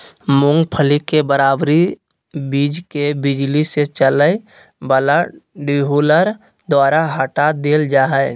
मूंगफली के बाहरी बीज के बिजली से चलय वला डीहुलर द्वारा हटा देल जा हइ